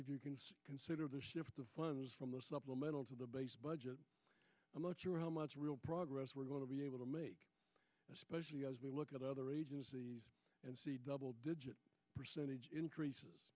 if you can consider the shift the funds from the middle to the base budget i'm not sure how much real progress we're going to be able to make especially as we look at other agencies and see double digit percentage increases